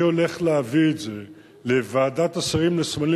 אני הולך להביא את זה לוועדת השרים לסמלים